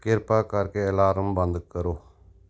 ਕਿਰਪਾ ਕਰਕੇ ਅਲਾਰਮ ਬੰਦ ਕਰੋ